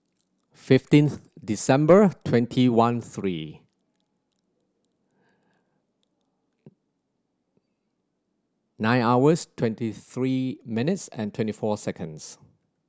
fifteenth December twenty one three nine hours twenty three minutes and twenty four seconds